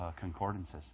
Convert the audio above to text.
concordances